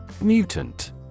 Mutant